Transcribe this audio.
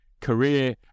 career